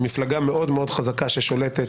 עם מפלגה מאוד חזקה ששולטת,